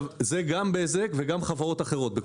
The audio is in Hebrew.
זה גם בזק וגם חברות אחרות.